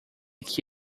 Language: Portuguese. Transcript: que